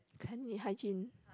cleanli~ hygiene